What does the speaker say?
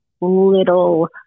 little